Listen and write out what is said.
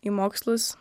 į mokslus